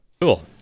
Cool